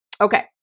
Okay